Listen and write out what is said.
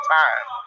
time